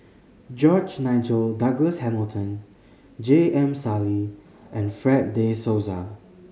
George Nigel Douglas Hamilton J M Sali and Fred De Souza